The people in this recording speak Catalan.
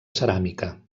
ceràmica